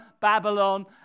Babylon